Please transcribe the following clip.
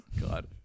God